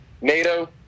NATO